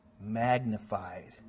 magnified